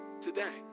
today